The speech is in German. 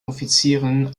offizieren